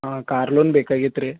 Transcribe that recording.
ಹಾಂ car loan ಬೇಕಾಗಿತ್ತು ರೀ